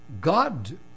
God